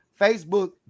facebook